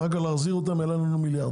ולהחזיר אותם אלינו יעלה מיליארדים,